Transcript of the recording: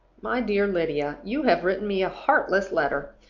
my dear lydia you have written me a heartless letter.